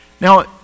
Now